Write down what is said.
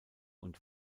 und